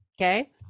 Okay